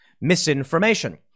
misinformation